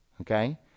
okay